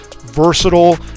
versatile